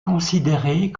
considérée